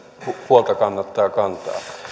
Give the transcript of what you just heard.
huolta kannattaa